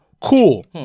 cool